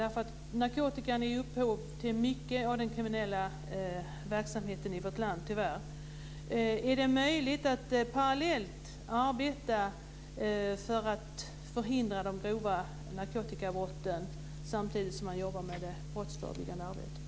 Narkotikan är ju tyvärr upphov till mycket av den kriminella verksamheten i vårt land. Är det möjligt att arbeta för att förhindra de grova narkotikabrotten samtidigt som man jobbar med det brottsförebyggande arbetet?